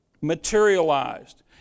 materialized